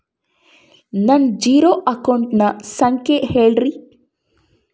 ನನ್ನ ಜೇರೊ ಅಕೌಂಟಿನ ಸಂಖ್ಯೆ ಹೇಳ್ರಿ?